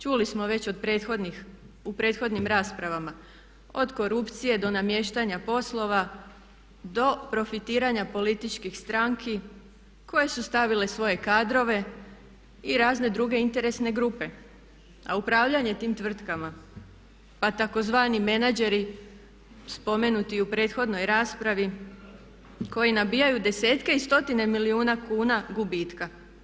Čuli smo već od prethodnih, u prethodnim raspravama od korupcije do namještanja poslova do profitiranja političkih stranki koje su stavile svoje kadrove i razne druge interesne grupe, a upravljanje tim tvrtkama pa tzv. menadžeri spomenuti i u prethodnoj raspravi koji nabijaju desetke i stotine milijuna kuna gubitka.